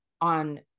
on